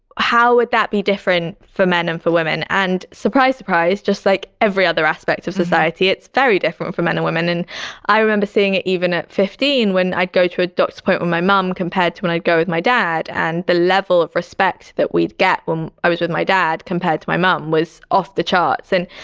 how would that be different for men and for women? and surprise, surprise, just like every other aspect of society, it's very different for men and women. and i remember seeing it even at fifteen when i'd go to a doctor's appointment with my mom compared to when i'd go with my dad. and the level of respect that we'd get when i was with my dad compared to my mom was off the charts. and,